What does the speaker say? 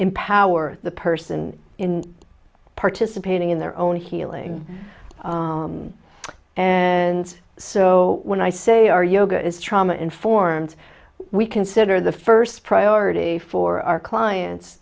empower the person in participating in their own healing and so when i say our yoga is trauma informed we consider the first priority for our clients